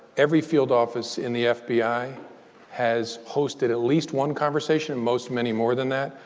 every field office in the fbi has hosted at least one conversation, most many more than that,